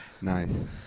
Nice